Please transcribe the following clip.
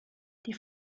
die